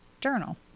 journal